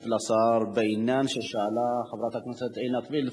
לשר בעניין ששאלה חברת הכנסת עינת וילף,